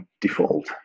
default